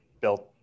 built